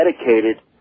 dedicated